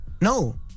No